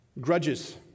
Grudges